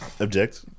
Object